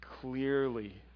clearly